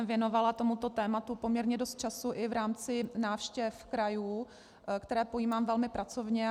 Věnovala jsem tomuto tématu poměrně dost času i v rámci návštěv krajů, které pojímám velmi pracovně.